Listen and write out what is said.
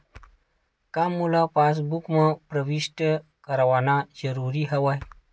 का मोला पासबुक म प्रविष्ट करवाना ज़रूरी हवय?